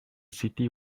city